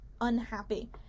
unhappy